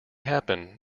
happen